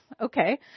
okay